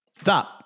Stop